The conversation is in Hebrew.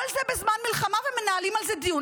כל זה בזמן מלחמה, ומנהלים על זה דיון.